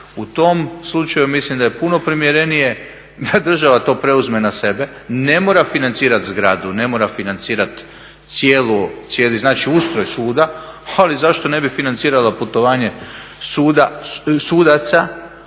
U tom slučaju mislim da je puno primjerenije da država to preuzme na sebe, ne mora financirati zgradu, ne mora financirati cijeli znači ustroj suda, ali zašto ne bi financirala putovanje sudaca